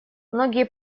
многие